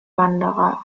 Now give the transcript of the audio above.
wanderer